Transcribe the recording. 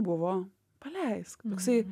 buvo paleisk toksai